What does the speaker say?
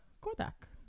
Kodak